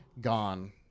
gone